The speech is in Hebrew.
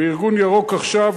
וארגון "ירוק עכשיו",